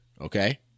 Okay